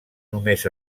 només